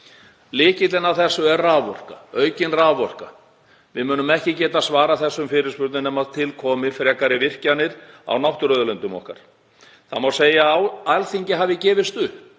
Lykillinn að þessu er raforka, aukin raforka. Við munum ekki geta svarað þessum fyrirspurnum nema til komi frekari virkjanir á náttúruauðlindum okkar. Það má segja að Alþingi hafi gefist